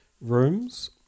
rooms